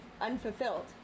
unfulfilled